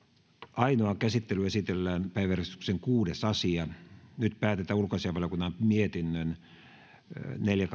ainoaan käsittelyyn esitellään päiväjärjestyksen kuudes asia nyt päätetään ulkoasiainvaliokunnan mietinnön neljä